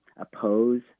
oppose